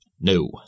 No